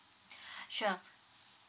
sure